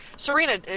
Serena